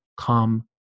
come